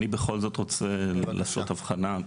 אני בכל זאת רוצה לשאת אבחנה.